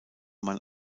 man